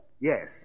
Yes